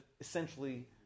essentially